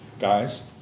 Guys